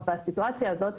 בסיטואציה הזאת,